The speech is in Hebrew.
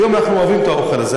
היום אנחנו אוהבים את האוכל הזה,